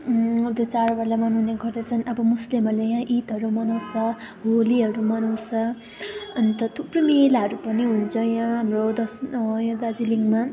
त्यो चाडबाडलाई मनाउने गर्दछन् अब मुस्लिमहरूले यहाँ ईदहरू मनाउँछ होलीहरू मनाउँछ अन्त थुप्रै मेलाहरू पनि हुन्छ यहाँ हाम्रो दस यहाँ दार्जिलिङमा